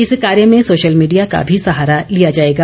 इस कार्य में सोशल मीडिया का भी सहारा लिया जाएगा